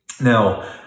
Now